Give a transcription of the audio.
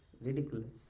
ridiculous